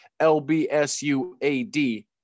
LBSUAD